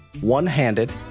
one-handed